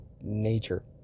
nature